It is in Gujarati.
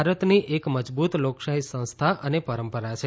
ભારતની એક મજબૂત લોકશાહી સંસ્થા અને પરંપરા છે